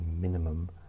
minimum